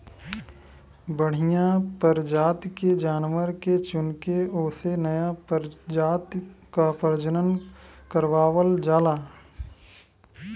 बढ़िया परजाति के जानवर के चुनके ओसे नया परजाति क प्रजनन करवावल जाला